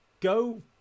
go